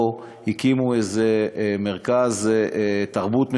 או שהקימו מרכז תרבות משותף,